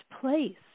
place